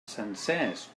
sencers